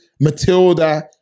Matilda